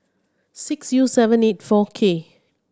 six U seven eight four K